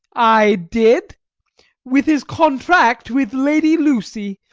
i did with his contract with lady lucy,